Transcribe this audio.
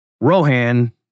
Rohan